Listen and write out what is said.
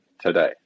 today